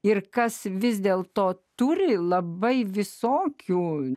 ir kas vis dėl to turi labai visokių